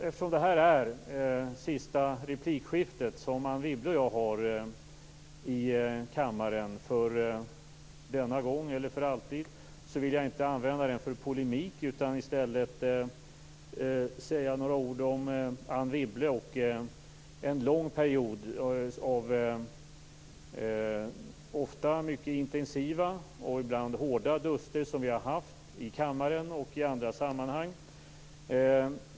Eftersom det här är det sista replikskifte som Anne Wibble och jag har i kammaren för denna gång, eller för alltid, vill jag inte använda det till polemik. I stället vill jag säga några ord om Anne Wibble och en lång period av ofta mycket intensiva och ibland hårda duster som vi har haft, i kammaren och i andra sammanhang.